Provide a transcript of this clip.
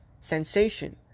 sensation